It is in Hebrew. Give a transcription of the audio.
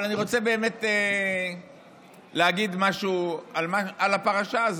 אני רוצה באמת להגיד משהו על הפרשה הזאת.